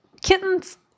kittens